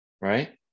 right